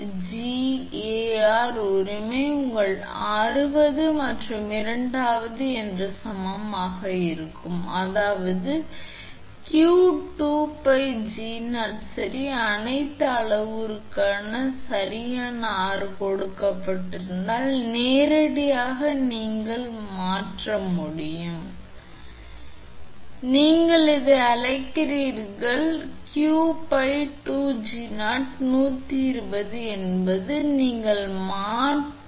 எனவே 𝑞 2𝜋𝗀0𝗀𝐴𝑟 உரிமை உங்கள் 60 மற்றும் இரண்டாவது என்று சமமாக இருக்கும் அதாவது 𝑞 2𝜋𝗀0 சரி அனைத்து அளவுருக்கள் சரியான r கொடுக்கப்பட்டிருப்பதால் நேரடியாக நீங்கள் மற்றும் நீங்கள் மாற்ற முடியும் q கொடுக்கப்பட்டிருப்பதால் உங்களைக் கணக்கிடுங்கள் 2𝜋𝗀0 சமமாக உள்ளது 120 க்கு இது கிடைக்கும் நான் அதை இங்கே காண்பிக்கவில்லை ஆனால் நீங்கள் வைக்கலாம் மற்றும் நீங்கள் சரிபார்க்கலாம்